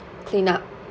clean up